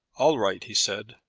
all right, he said.